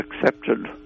accepted